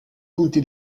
punti